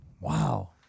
Wow